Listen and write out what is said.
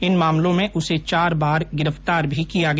इन मामलों में उसे चार बार गिरफ्तार भी किया गया